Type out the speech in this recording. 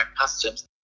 customs